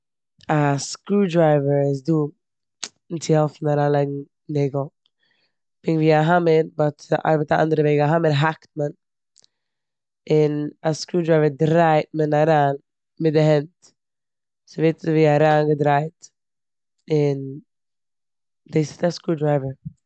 א סקרו-דרייווער איז דא אונז צו העלפן אריינלייגן נעגל פונקט ווי א האממער באט ס'ארבעט א אנדערע וועג. א האממער האקט מען און א סקרו- דרייווער דרייט מען אריין מיט די הענט, ס'ווערט אזויווי אריינגעדרייט און דאס טוט א סקרו-דרייווער.